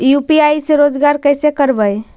UPI से रोजगार कैसे करबय?